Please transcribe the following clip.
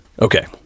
Okay